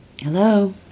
Hello